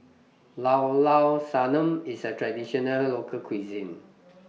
Llao Llao Sanum IS A Traditional Local Cuisine